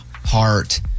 Heart